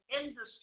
industry